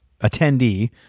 attendee